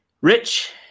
Rich